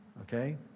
okay